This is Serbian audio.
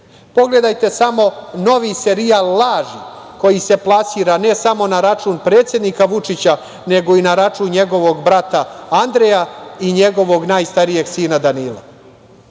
porodicu. Pogledajte samo novi serijal laži koji se plasira ne samo na račun predsednika Vučića nego i na račun njegovog brata Andreja i njegovog najstarijeg sina Danila,